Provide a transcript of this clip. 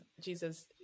Jesus